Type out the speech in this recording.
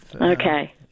Okay